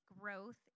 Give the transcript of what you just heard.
growth